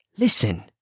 Listen